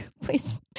please